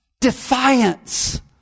defiance